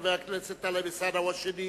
חבר הכנסת טלב אלסאנע הוא השני,